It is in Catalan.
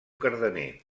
cardener